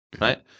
right